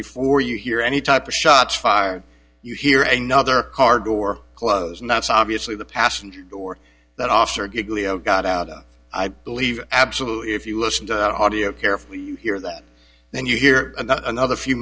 before you hear any type of shots fired you hear a nother car door close and that's obviously the passenger or that officer giggly oh god outta i believe absolutely if you listen to audio carefully you hear that then you hear another a few